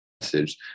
message